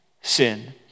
sin